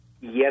Yes